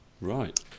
right